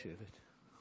(חברי הכנסת מכבדים בקימה את זכרה של המנוחה.) בבקשה לשבת.